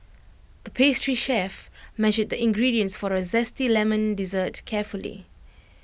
the pastry chef measured the ingredients for A Zesty Lemon Dessert carefully